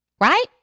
Right